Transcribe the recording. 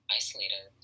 isolated